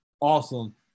Awesome